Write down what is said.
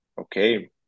okay